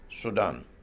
Sudan